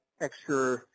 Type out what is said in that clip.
extra